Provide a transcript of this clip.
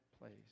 place